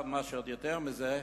יותר מזה,